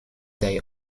day